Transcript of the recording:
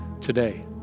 today